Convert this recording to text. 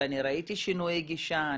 וראיתי שינויי גישה,